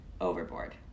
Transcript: overboard